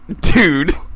dude